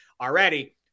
already